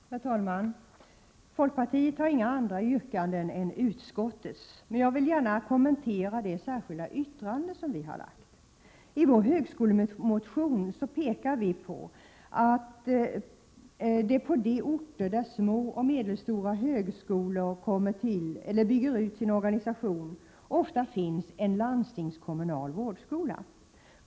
Herr talman! Folkpartiet har inga andra yrkanden än utskottets, men jag vill gärna kommentera vårt särskilda yttrande. I vår högskolemotion pekar vi på att det på de orter där små och medelstora högskolor kommer till eller bygger ut sin organisation ofta finns en landstingskommunal vårdskola.